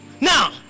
Now